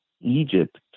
egypt